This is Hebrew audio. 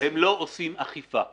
הם לא עושים אכיפה.